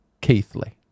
Keithley